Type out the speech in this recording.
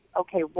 okay